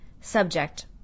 Subject